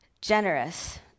generous